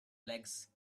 legs